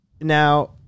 Now